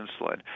insulin